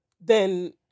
then-